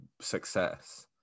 success